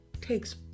takes